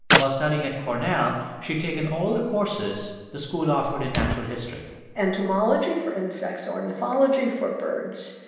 while studying at cornell, she'd taken all the courses the school offered in natural history entomology for insects, ornithology for birds,